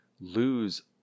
lose